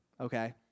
okay